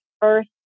first